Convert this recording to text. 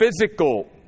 physical